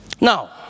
Now